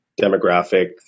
demographic